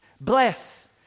Bless